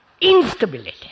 instability